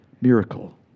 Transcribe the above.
miracle